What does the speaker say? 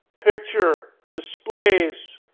picture displays